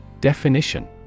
Definition